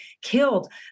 killed